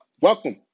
Welcome